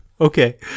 Okay